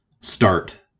start